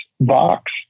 Box